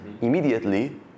immediately